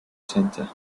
center